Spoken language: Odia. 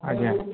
ଆଜ୍ଞା